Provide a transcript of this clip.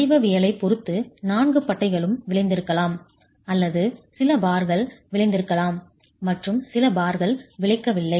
வடிவவியலைப் பொறுத்து நான்கு பட்டைகளும் விளைந்திருக்கலாம் அல்லது சில பார்கள் விளைந்திருக்கலாம் மற்றும் சில பார்கள் விளைவிக்கவில்லை